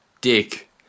Dick